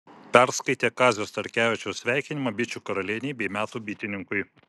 perskaitė kazio starkevičiaus sveikinimą bičių karalienei bei metų bitininkui